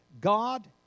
God